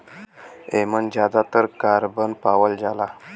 एमन जादातर कारबन पावल जाला